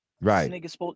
right